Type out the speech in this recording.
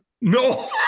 No